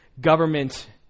government